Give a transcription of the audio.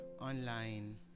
online